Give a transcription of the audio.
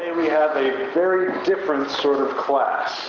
and we have very different sort of class.